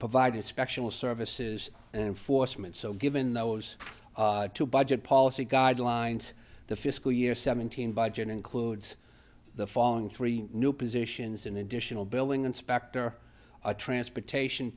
provided special services and foresman so given those two budget policy guidelines the fiscal year seventeen budget includes the following three new positions in additional building inspector a transportation